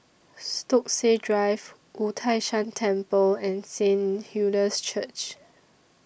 Stokesay Drive Wu Tai Shan Temple and Saint Hilda's Church